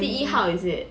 第一号 is it